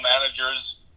managers